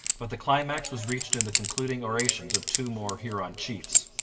but the climax was reached in the concluding orations of two more huron chiefs.